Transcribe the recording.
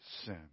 sin